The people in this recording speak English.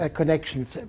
connections